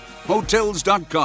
Hotels.com